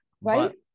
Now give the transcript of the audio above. Right